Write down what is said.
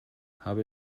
habe